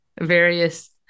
various